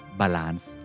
balance